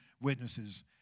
witnesses